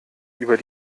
über